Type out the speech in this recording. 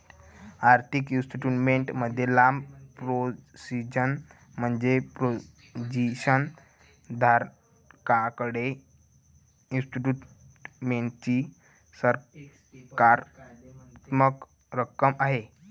आर्थिक इन्स्ट्रुमेंट मध्ये लांब पोझिशन म्हणजे पोझिशन धारकाकडे इन्स्ट्रुमेंटची सकारात्मक रक्कम आहे